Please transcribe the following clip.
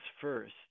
first